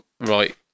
Right